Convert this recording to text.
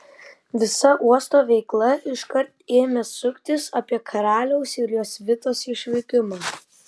visa uosto veikla iškart ėmė suktis apie karaliaus ir jo svitos išvykimą